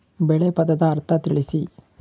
ಬೆಳೆ ಪದದ ಅರ್ಥ ತಿಳಿಸಿ?